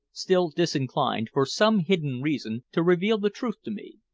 still disinclined, for some hidden reason, to reveal the truth to me.